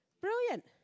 Brilliant